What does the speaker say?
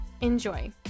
Enjoy